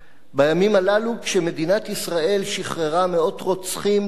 כשמדינת ישראל שחררה מאות רוצחים תמורת גלעד שליט,